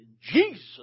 Jesus